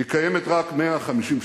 היא קיימת רק 150 שנה.